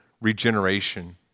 Regeneration